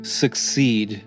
succeed